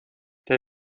der